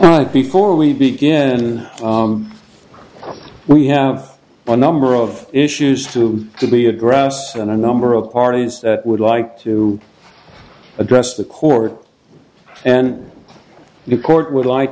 right before we begin we have a number of issues to to be a ground and a number of parties that would like to address the court and the court would like